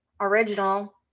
original